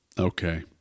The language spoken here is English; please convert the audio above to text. Okay